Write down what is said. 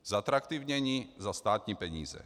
Zatraktivnění za státní peníze.